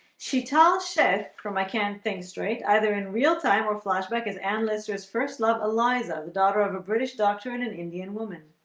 sheet all chef from i can't think straight either in real time or flashback his analyst errs first love eliza the daughter of a british doctor in an indian woman.